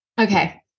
Okay